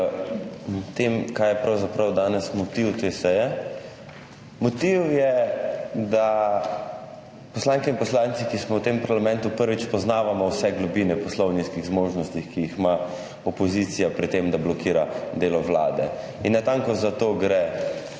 danes motiv te seje. Motiv je, da poslanke in poslanci, ki smo v tem parlamentu, prvič, poznavamo vse globine poslovniških zmožnosti, ki jih ima opozicija pri tem, da blokira delo vlade. In natanko za to gre.